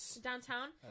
downtown